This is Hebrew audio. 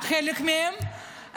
חלק מהם,